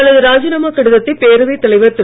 தனது ராஜினாமா கடிதத்தை பேரவைத் தலைவர் திரு